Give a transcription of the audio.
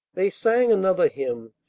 they sang another hymn,